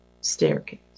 staircase